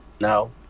No